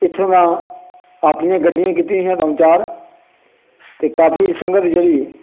इत्थुं दा अपनियां गड्डियां कीती दियां ही द'ऊं चार ते काफी संगत जेह्ड़ी